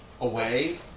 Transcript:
away